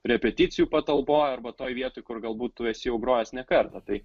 repeticijų patalpoj arba toj vietoj kur galbūt tu esi grojęs ne kartą tai